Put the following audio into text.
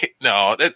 no